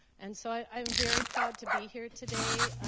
and so i am very proud to be here today.